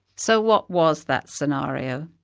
so what was that scenario?